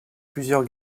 plusieurs